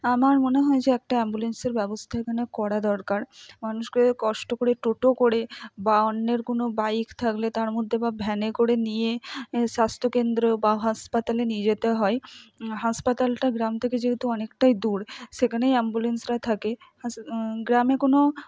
আমার মনে হয় যে একটা অ্যাম্বুলেন্সের ব্যবস্থা এখানে করা দরকার মানুষকে কষ্ট করে টোটো করে বা অন্যের কোনও বাইক থাকলে তার মধ্যে বা ভ্যানে করে নিয়ে স্বাস্থ্য কেন্দ্র বা হাসপাতালে নিয়ে যেতে হয় হাসপাতালটা গ্রাম থেকে যেহেতু অনেকটাই দূর সেখানেই অ্যাম্বুলেন্সরা থাকে গ্রামে কোনও